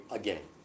again